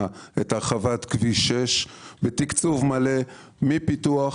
את הרחבת כביש 6 בתקצוב מלא מפיתוח,